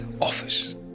office